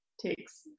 takes